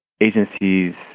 agencies